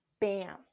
Bam